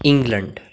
England